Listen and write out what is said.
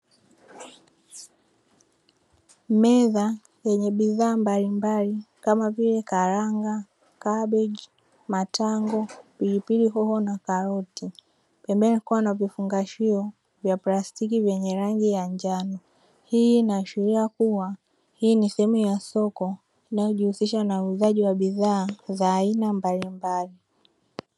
Meza yenye bidhaa mbalimbali kamavile karanga, kabegi, matango, pilipili hoho na karoti, pembeni kukiwa na vifungashio vya plastiki vyenye rangi ya njano. Hii inahashiria kuwa hii ni sehemu ya soko inayojihusisha na uzalishaji na bidhaa za aina mbalimbali.